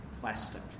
plastic